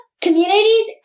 communities